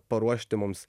paruošti mums